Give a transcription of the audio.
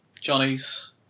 Johnny's